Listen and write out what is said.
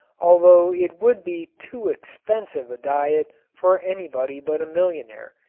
although it would be too expensive a diet for anybody but a millionaire,